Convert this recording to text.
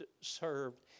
served